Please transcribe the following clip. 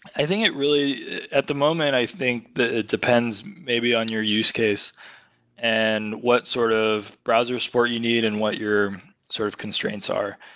i think it really at the moment, i think it depends maybe on your use case and what sort of browser support you need and what your sort of constraints are.